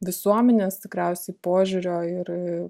visuomenės tikriausiai požiūrio ir